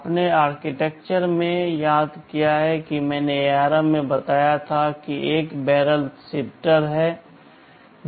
आपने आर्किटेक्चर में याद किया कि मैंने ARM में बताया था कि एक बैरल शिफ्टर है